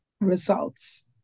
results